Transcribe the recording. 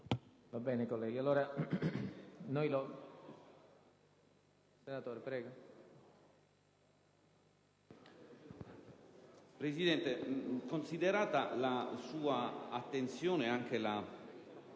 Presidente, considerata la sua attenzione e anche la